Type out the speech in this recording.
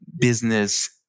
business